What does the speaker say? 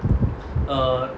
uh